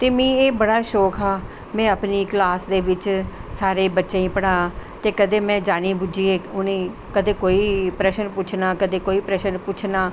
में मीं एह् बड़ा शौंक हा में सारे बच्चें गी पढ़ां ते कदैं में जानि बुज्जियैं उनेंगी कदैं कोई प्रश्न पुछनां कदैं कोई पुछनां